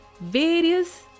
various